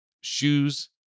shoes